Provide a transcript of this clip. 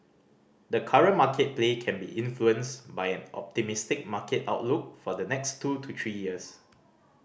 the current market play can be influenced by an optimistic market outlook for the next two to three years